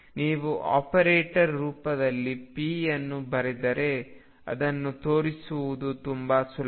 ನೀವು ಆಪರೇಟರ್ ರೂಪದಲ್ಲಿ p ಅನ್ನು ಬರೆದರೆ ಅದನ್ನು ತೋರಿಸುವುದು ತುಂಬಾ ಸುಲಭ